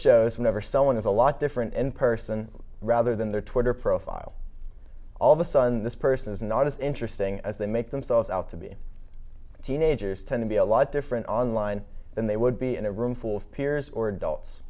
shows whenever someone is a lot different in person rather than their twitter profile all the sun this person is not as interesting as they make themselves out to be teenagers tend to be a lot different online than they would be in a room full of peers or adults